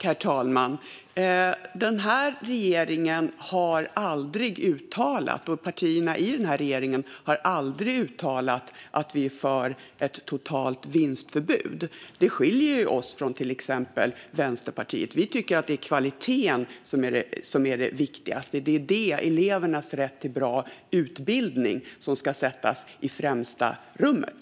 Herr talman! Regeringen har aldrig uttalat, och partierna i regeringen har aldrig uttalat, att vi är för ett totalt vinstförbud. Det skiljer oss från till exempel Vänsterpartiet. Vi tycker att det är kvaliteten som är det viktigaste. Elevernas rätt till bra utbildning ska sättas i främsta rummet.